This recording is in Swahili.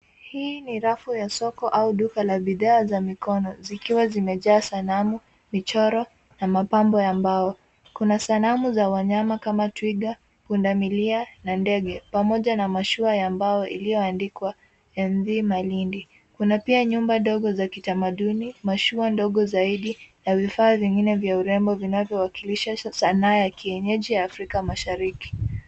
Hii ni rafu ya soko au duka la bidhaa za mikono. Zikiwa zimejaa sanamu, michoro, na mapambo ya mbao. Kuna sanamu za wanyama kama twiga, pundamilia na ndege. Pamoja na mashua ya mbao iliyoandikwa M.V. MALINDI.Kuna pia nyumba ndogo za kitamaduni, mashua ndogo zaidi, na vifaa vingine vya urembo vinavyowakilisha sana ya kienyeji ya Afrika Mashariki.